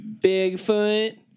Bigfoot